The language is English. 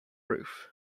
roof